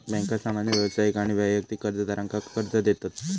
बँका सामान्य व्यावसायिक आणि वैयक्तिक कर्जदारांका कर्ज देतत